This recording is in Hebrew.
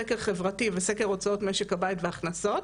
סקר חברתי וסקר הוצאות משק הבית והכנסות.